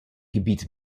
gebiet